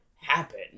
happen